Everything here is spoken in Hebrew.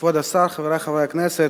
כבוד השר, חברי חברי הכנסת,